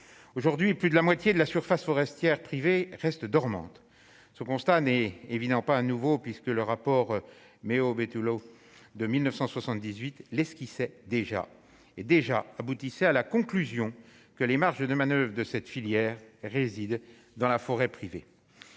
aujourd'hui plus de la moitié de la surface forestière privée reste dormante, ce constat n'est évidemment pas un nouveau puisque le rapport mais au B eau de 1978 l'esquissait déjà, et déjà aboutissait à la conclusion que les marges de manoeuvre et de cette filière réside dans la forêt privée